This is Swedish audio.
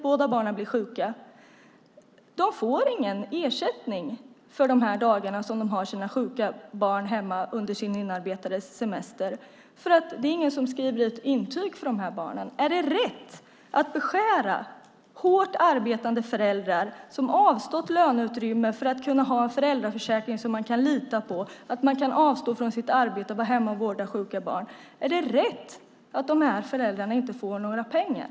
Föräldrarna får ingen ersättning för de dagar då de har sina sjuka barn hemma under sin inarbetade semester eftersom det inte är någon som skriver ett intyg för de här barnen. Detta är hårt arbetande föräldrar som har avstått löneutrymme för att kunna ha en föräldraförsäkring som man kan lita på. Det handlar om att man ska kunna avstå från sitt arbete för att vara hemma och vårda sjuka barn. Är det rätt att de här föräldrarna inte får några pengar?